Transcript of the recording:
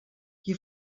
qui